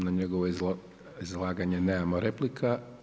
Na njegovo izlaganje nemamo replika.